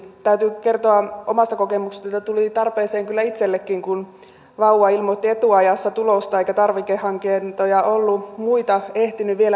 täytyy kertoa omasta kokemuksesta että tuli tarpeeseen kyllä itsellekin kun vauva ilmoitti etuajassa tulosta eikä tarvikehankintoja ollut muita ehtinyt vielä tehdä